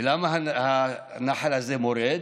ולמה הנחל הזה מורד?